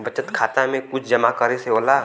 बचत खाता मे कुछ जमा करे से होला?